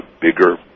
bigger